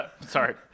Sorry